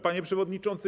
Panie Przewodniczący!